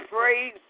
praise